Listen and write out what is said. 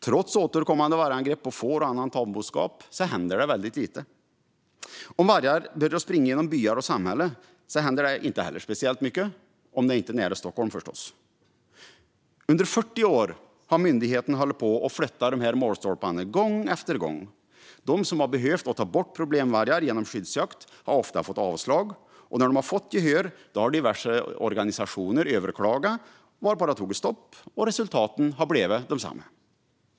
Trots återkommande vargangrepp på får och annan tamboskap händer väldigt lite. Om vargar börjar springa genom byar och samhällen händer inte heller speciellt mycket, om det inte är nära Stockholm förstås. Under 40 år har myndigheterna hållit på och flyttat målstolparna gång efter gång. De som har behövt hjälp med att ta bort problemvargar genom skyddsjakt har ofta fått avslag, och när de har fått gehör har diverse organisationer överklagat varpå det har tagit stopp och resultatet har blivit detsamma.